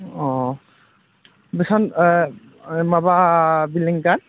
अ माबा बिलेंदा